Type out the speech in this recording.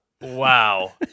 wow